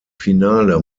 finale